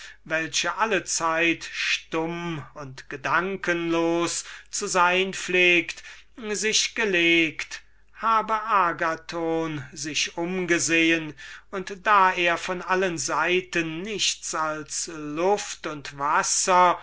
welche allezeit stumm und gedankenlos zu sein pflegt sich geleget habe agathon sich umgesehen und da er von allen seiten nichts als luft und wasser